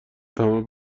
تمام